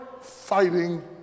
fighting